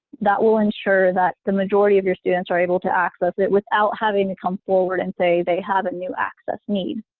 that will ensure that the majority of your students are able to access it without having to come forward and say they have a new access need.